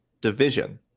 division